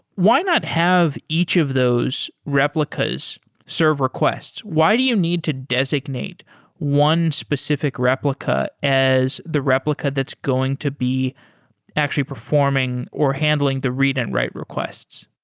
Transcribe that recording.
why not have each of those replicas serve requests? why do you need to designate one specific replica as the replica that's going to be actually performing or handling the read and write requests?